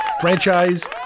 franchise